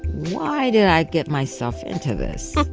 why did i get myself into this?